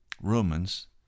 Romans